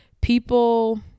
People